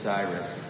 Cyrus